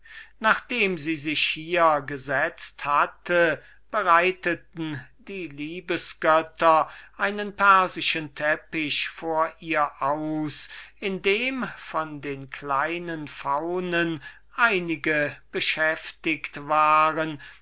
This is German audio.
nachdem sie sich hier gesetzt hatte breiteten die liebesgötter einen persischen teppich vor ihr aus indem von den kleinen faunen einige beschäftigt waren